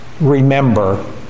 remember